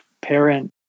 parent